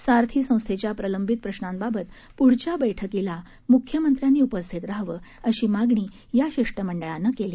सारथी संस्थेच्या प्रलंबित प्रश्नांबाबत पुढच्या बैठकीला मुख्यमंत्र्यांनी उपस्थित राहावं अशी मागणी या शिष्टमंडळानं केली